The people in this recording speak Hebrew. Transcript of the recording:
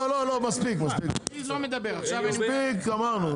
מספיק, אמרנו.